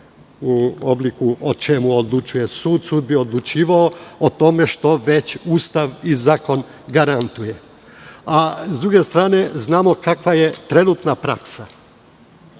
u obliku o čemu odlučuje sud. Sud bi odlučivao o tome što već Ustav i zakon garantuju. Sa druge strane, znamo kakva je trenutna praksa.